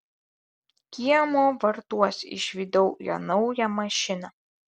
kiemo vartuos išvydau jo naują mašiną